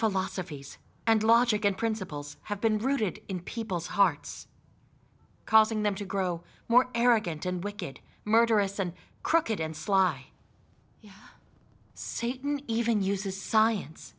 philosophies and logic and principles have been rooted in people's hearts causing them to grow more arrogant and wicked murderous and crooked and sly you see even uses science